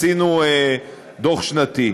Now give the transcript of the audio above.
עשינו דוח שנתי.